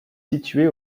située